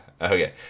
Okay